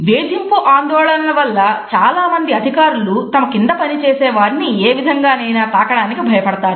వేధింపు ఆందోళనల వల్ల చాలామంది అధికారులు తమ కింద పనిచేసే వారిని ఏ విధంగానైనా తాకడానికి భయపడతారు